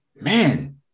Man